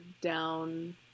down